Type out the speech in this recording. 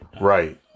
Right